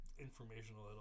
informational